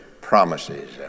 promises